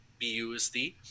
BUSD